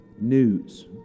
news